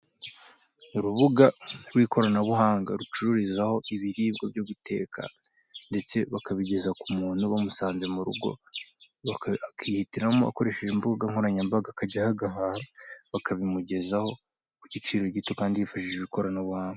Urubuga rw'ikoranabuhanga rucuruza ibiribwa byo guteka, ndetse bakabigeza ku muntu bamusanze mu rugo. Akihitiramo akoresheje imbuga nkoranyambaga akajyaho agahaha. Bakabimugezaho kugiciro gito, kandi yifashishije ikoranabuhanga.